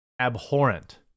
abhorrent